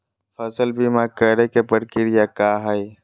फसल बीमा करे के प्रक्रिया का हई?